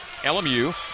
LMU